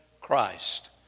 Christ